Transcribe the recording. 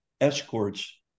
escorts